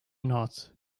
not